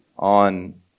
On